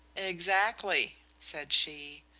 exactly, said she.